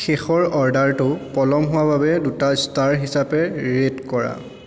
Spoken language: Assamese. শেষৰ অৰ্ডাৰটো পলম হোৱা বাবে দুটা ষ্টাৰ হিচাপে ৰেট কৰা